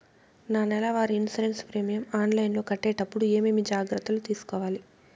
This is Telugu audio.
నా నెల వారి ఇన్సూరెన్సు ప్రీమియం ఆన్లైన్లో కట్టేటప్పుడు ఏమేమి జాగ్రత్త లు తీసుకోవాలి?